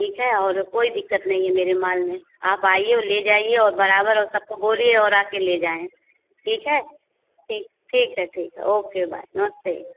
ठीक है और कोई दिक्कत नहीं है मेरे माल में आप आइए और ले जाइए और बराबर हो सबको बोलिए और आकर ले जाएँ ठीक है ठीक ठीक है ठीक है ओके बाय नमस्ते